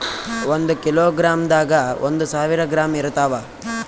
ಒಂದ್ ಕಿಲೋಗ್ರಾಂದಾಗ ಒಂದು ಸಾವಿರ ಗ್ರಾಂ ಇರತಾವ